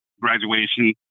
graduation